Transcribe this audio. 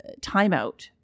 timeout